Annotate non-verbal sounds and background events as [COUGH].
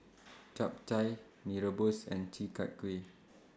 [NOISE] Chap Chai Mee Rebus and Chi Kak Kuih